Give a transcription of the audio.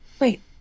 Wait